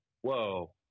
whoa